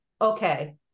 okay